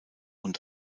und